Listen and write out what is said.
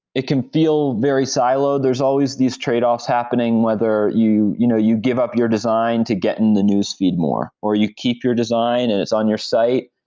it can feel very siloed. there is always these trade-offs happening, whether you you know you give up your design to get in the newsfeed more. or you keep your design and it's on your site,